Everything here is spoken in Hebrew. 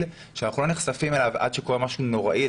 שאנחנו לא נחשפים אליו עד שקורה משהו נוראי,